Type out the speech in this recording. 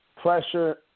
pressure